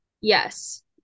yes